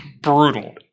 brutal